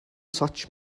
such